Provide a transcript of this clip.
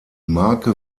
marke